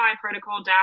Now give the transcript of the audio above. protocol